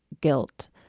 guilt